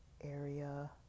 area